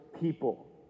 people